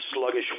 sluggish